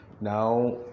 now